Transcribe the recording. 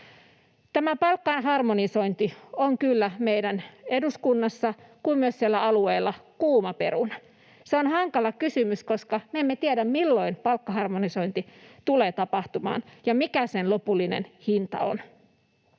Tämä palkkojen harmonisointi on kyllä niin meillä eduskunnassa kuin myös siellä alueilla kuuma peruna. Se on hankala kysymys, koska me emme tiedä, milloin palkkaharmonisointi tulee tapahtumaan ja mikä sen lopullinen hinta on.